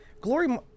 Glory